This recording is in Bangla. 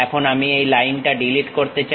এখন আমি এই লাইনটা ডিলিট করতে চাই